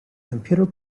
computer